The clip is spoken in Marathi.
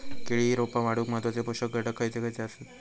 केळी रोपा वाढूक महत्वाचे पोषक घटक खयचे आसत?